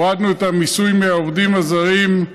הורדנו את המיסוי על העובדים הזרים,